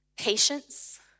patience